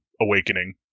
awakening